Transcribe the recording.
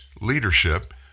leadership